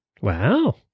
Wow